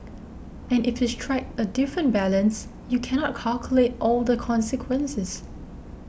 and if you strike a different balance you cannot calculate all the consequences